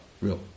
real